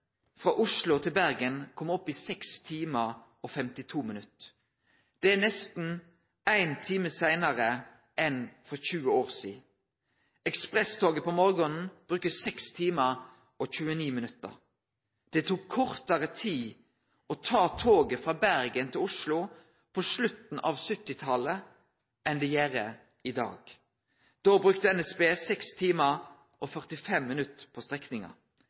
frå Oslo til Bergen kome opp i 6 timar og 52 minutt – det er nesten ein time seinare enn for 20 år sidan. Ekspresstoget på morgonen brukar 6 timar og 29 minutt. Det tok kortare tid å ta toget frå Bergen til Oslo på slutten av 1970–talet enn det gjer i dag – då brukte NSB 6 timar og 45 minutt på strekninga.